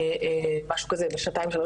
משהו כזה שנתיים-שלוש,